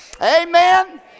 Amen